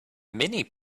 many